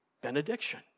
benediction